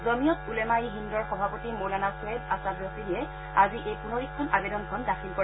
জমিয়ত উলেমা ই হিন্দৰ সভাপতি মৌলানা চৈয়েদ আচাদ ৰচিদিয়ে আজি এই পুনৰীক্ষণ আবেদনখন দাখিল কৰে